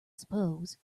suppose